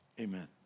amen